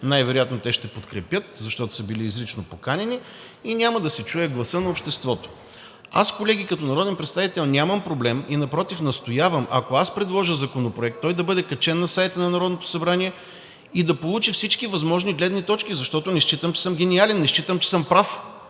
най-вероятно те ще подкрепят, защото са били изрично поканени, и няма да се чуе гласът на обществото. Аз, колеги, като народен представител нямам проблем. Напротив, настоявам, ако предложа законопроект, той да бъде качен на сайта на Народното събрание и да получи всички възможни гледни точки, защото не считам, че съм гениален, не считам, че съм прав,